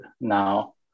now